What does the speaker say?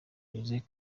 joseph